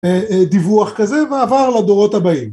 דיווח כזה ועבר לדורות הבאים